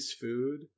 food